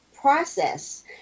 process